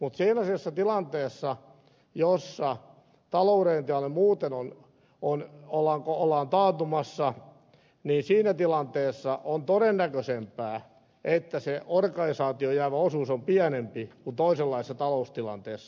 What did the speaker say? mutta sellaisessa tilanteessa jossa taloudellinen tilanne muuten on ollaan taantumassa niin siinä tilanteessa on todennäköisempää että se organisaatioon jäävä osuus on pienempi kuin toisenlaisessa taloustilanteessa